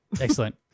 Excellent